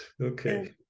okay